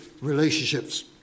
relationships